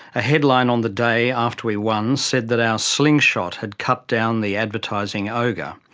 a headline on the day after we won said that our slingshot had cut down the advertising ogre.